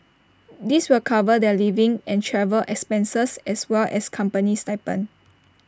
this will cover their living and travel expenses as well as company stipend